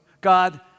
God